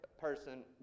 person